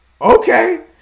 Okay